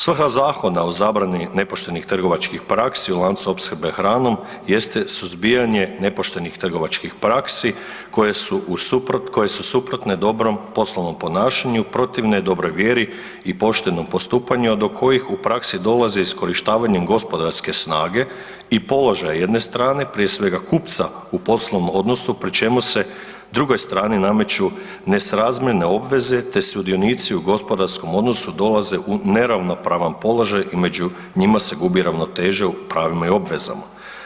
Svrha Zakona o zabrani nepoštenih trgovačkih praksi u lancu opskrbe hranom jeste suzbijanje nepoštenih trgovačkih praksi koje su u suprotne dobro poslovnom ponašanje, protivne dobroj vjeri i poštenom postupanju a do kojih u praksi dolazi iskorištavanjem gospodarske snage i položaja jedne strane, prije svega kupca u poslovnom odnosu pri čemu se drugoj strani nameću nesrazmjerne obveze te sudionici u gospodarskom odnosu dolaze u neravnopravan položaj i među njima se gubi ravnoteža u pravilnim obvezama.